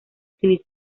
utiliza